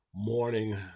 morning